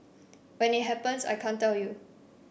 when it happens I can't tell you